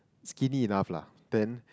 skinny enough lah then